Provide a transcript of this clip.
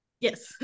Yes